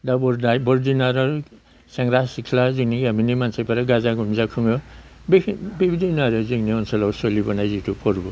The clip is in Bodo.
दा बरदिना आरो सेंग्रा सिख्ला जोंनि गामिनि मानसिफोरा गाजा गोमजा खुङो बेबादि होनो आरो जोंनि ओनसोलाव सोलिबोनाय जिथु फोरबो